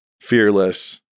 fearless